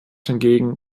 hingegen